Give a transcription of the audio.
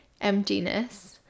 emptiness